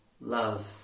love